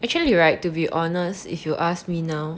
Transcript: actually right to be honest if you ask me now